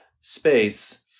space